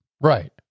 Right